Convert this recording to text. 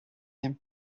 him